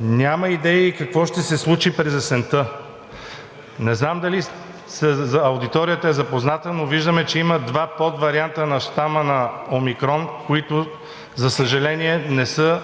Няма идеи какво ще се случи през есента. Не знам дали аудиторията е запозната, но виждаме, че има два подварианта на щама на омикрон, които не се